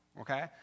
okay